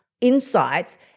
Insights